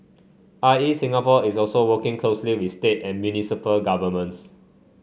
I E Singapore is also working closely with state and municipal governments